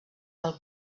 del